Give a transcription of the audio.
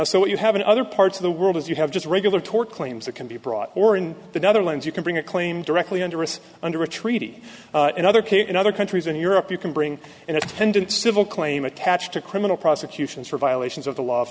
exists so what you have in other parts of the world is you have just regular tort claims that can be brought or in the netherlands you can bring a claim directly under us under a treaty and other case in other countries in europe you can bring an attendant civil claim attached to criminal prosecutions for violations of the law